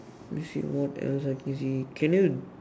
let me see what else I can see can you